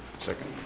Second